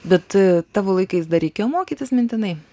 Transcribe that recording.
bet tavo laikais dar reikėjo mokytis mintinai